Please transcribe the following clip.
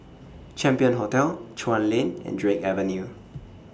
Champion Hotel Chuan Lane and Drake Avenue